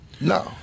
No